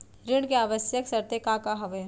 ऋण के आवश्यक शर्तें का का हवे?